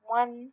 one